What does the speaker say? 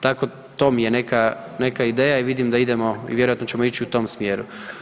Tako, to mi je neka, neka ideja i vidim da idemo i vjerojatno ćemo ići u tom smjeru.